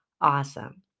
awesome